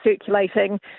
circulating